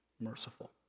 merciful